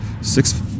six